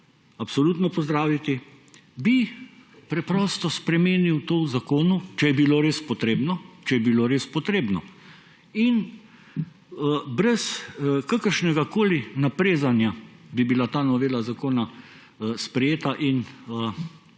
absolutno pozdraviti, bi preprosto spremenil to v zakonu, če je bilo res potrebno in brez kakršnegakoli naprezanja bi bila ta novela zakona sprejeta in teh